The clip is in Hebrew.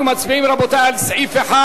אנחנו מצביעים, רבותי, על סעיף 1